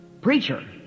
preacher